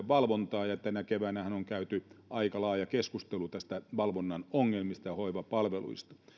valvontaa ja tänä keväänähän on käyty aika laaja keskustelu valvonnan ongelmista ja hoivapalveluista